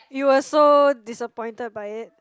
you were so disappointed by it